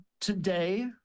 today